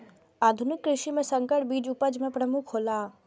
आधुनिक कृषि में संकर बीज उपज में प्रमुख हौला